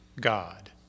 God